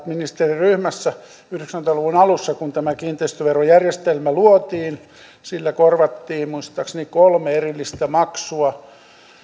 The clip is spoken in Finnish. ministeriryhmässä yhdeksänkymmentä luvun alussa kun tämä kiinteistöverojärjestelmä luotiin sillä korvattiin muistaakseni kolme erillistä maksua